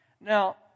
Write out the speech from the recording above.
Now